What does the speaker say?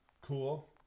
Cool